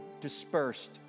dispersed